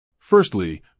Firstly